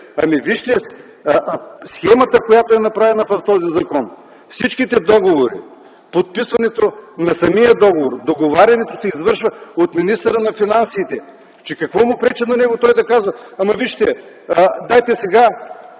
Вижте схемата, направена в този закон: всички договори, подписването на самия договор, договарянето се извършва от министъра на финансите. Какво му пречи на него да каже: „Вижте, сега